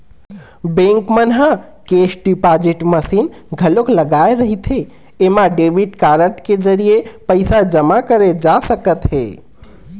bank मन ह cash deposit machine घलोक लगाए रहिथे एमा डेबिट कारड के जरिए पइसा जमा करे जा सकत हे